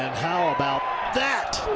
that? how about that?